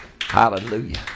Hallelujah